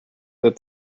that